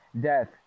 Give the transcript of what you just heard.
death